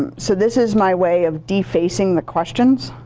and so this is my way of defacing the questions